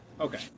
Okay